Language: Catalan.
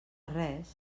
res